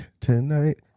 Tonight